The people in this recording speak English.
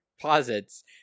posits